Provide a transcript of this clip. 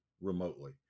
remotely